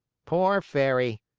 poor fairy!